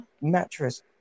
mattress